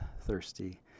thirsty